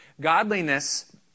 Godliness